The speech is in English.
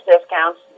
discounts